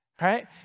right